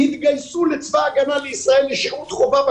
התגייסו לצבא הגנה לישראל לשירות חובה.